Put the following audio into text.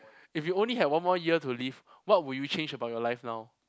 if you only have one more year to live what would you change about your life now